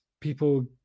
people